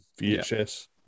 VHS